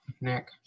Nick